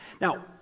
Now